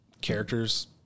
characters